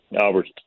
Albert